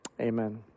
Amen